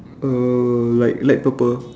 err like light purple